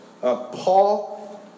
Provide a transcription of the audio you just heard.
Paul